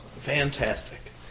Fantastic